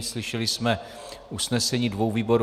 Slyšeli jsme usnesení dvou výborů.